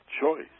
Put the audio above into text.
choice